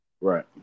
Right